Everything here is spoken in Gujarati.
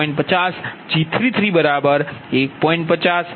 5 G33 1